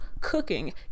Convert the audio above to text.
cooking